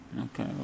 okay